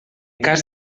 cas